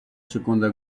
seconda